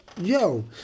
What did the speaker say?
yo